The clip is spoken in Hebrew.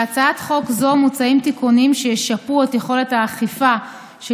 בהצעת חוק זו מוצעים תיקונים שישפרו את יכולת האכיפה של